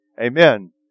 Amen